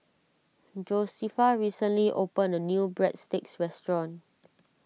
Josefa recently opened a new Breadsticks restaurant